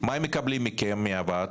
מה הם מקבלים מכם מהוועד?